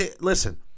Listen